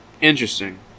Interesting